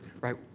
right